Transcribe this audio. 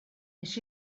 wnes